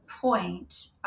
point